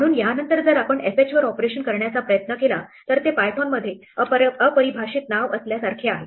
म्हणून यानंतर जर आपण fh वर ऑपरेशन करण्याचा प्रयत्न केला तर ते पायथोनमध्ये अपरिभाषित नाव असल्यासारखे आहे